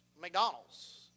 McDonald's